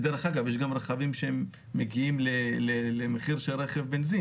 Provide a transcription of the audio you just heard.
ודרך אגב יש גם רכבים שמגיעים למחיר רכב בנזין,